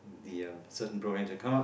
the um certain program to come up